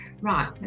right